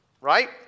Right